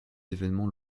événements